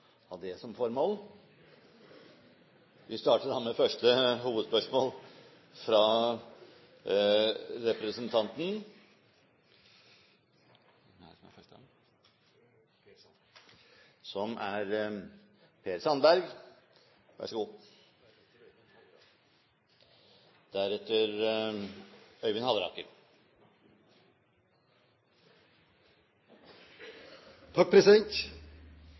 Vi starter med første hovedspørsmål, fra representanten